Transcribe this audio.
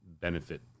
benefit